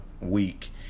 week